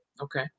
Okay